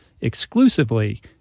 exclusively